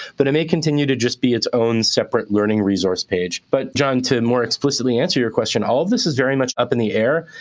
but it may continue to just be its own separate learning resource page. but jon, to more explicitly answer your question, all of this is very much up in the air.